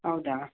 ಹೌದಾ